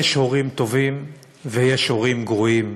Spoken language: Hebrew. יש הורים טובים ויש הורים גרועים,